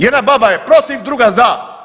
Jedna baba je protiv, druga za.